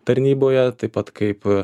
tarnyboje taip pat kaip